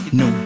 no